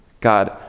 God